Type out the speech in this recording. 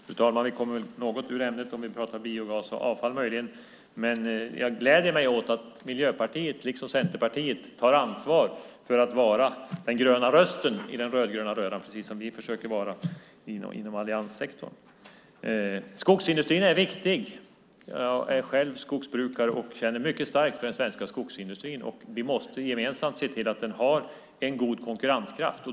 Fru talman! Vi kommer möjligen från ämnet lite grann om vi pratar om biogas och avfall. Men jag gläder mig åt att Miljöpartiet tar ansvar för att vara den gröna rösten i den rödgröna röran, precis som vi i Centerpartiet försöker vara det inom alliansen. Skogsindustrin är viktig. Jag är själv skogsbrukare och känner mycket starkt för den svenska skogsindustrin. Vi måste gemensamt se till att den har en god konkurrenskraft.